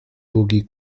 długi